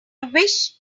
wish